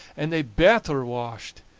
and they better washed,